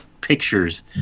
pictures